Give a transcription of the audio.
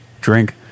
drink